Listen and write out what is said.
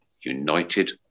united